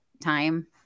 time